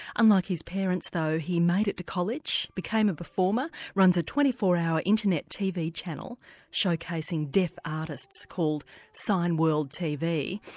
unlike his parents, though, he made it to college, became a performer, runs a twenty four hour internet tv channel showcasing deaf artists called signworldtv,